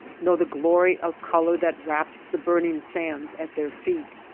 nor the glory of color that wraps the burning sands at their feet.